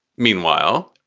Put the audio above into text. meanwhile.